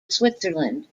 switzerland